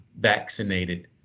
vaccinated